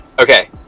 Okay